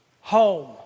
Home